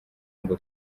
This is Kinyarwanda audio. ngo